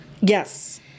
Yes